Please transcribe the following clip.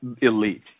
elite